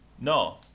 No